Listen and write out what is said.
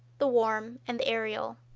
the warm, and the aerial.